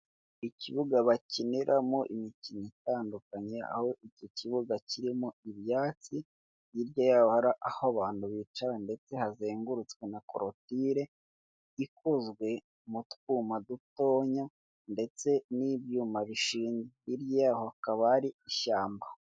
Ikibuga bakiniramo imikino itandukanye aho icyo kibuga kirimo ibyatsi hirya hari aho abantu bicara, ndetse hazengurutswe na korotire ikozwe mu twuma dutoya ndetse n'ibyuma bishinze, hirya yaho hakaba hari ishyamba.